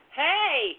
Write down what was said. hey